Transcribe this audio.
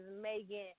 Megan